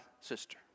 sister